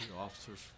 officers